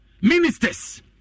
ministers